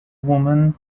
woman